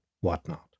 whatnot